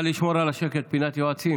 נא לשמור על השקט, פינת היועצים.